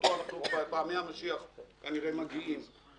ואו-טו-טו פעמי המשיח כנראה מגיעים.